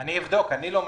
אני אבדוק, אני לא מכיר.